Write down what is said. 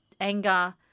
anger